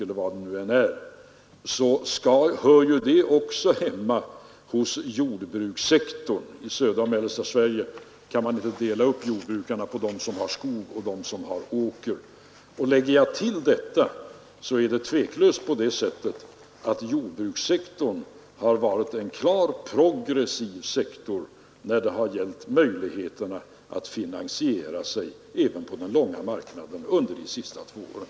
Dessa industrier hör också hemma i jordbrukssektorn — i södra och mellersta Sverige kan man inte dela upp jordbrukarna på dem som har skog och dem som har åker. Lägger jag alltså till detta har jordbrukssektorn tveklöst varit en klart progressiv sektor när det gäller möjligheterna att under de två senaste åren finansiera sig även på den långa marknaden.